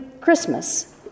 Christmas